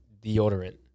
deodorant